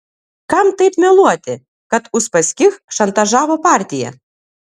kam taip meluoti kad uspaskich šantažavo partiją